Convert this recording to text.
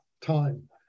time